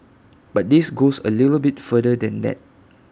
but this goes A little bit further than that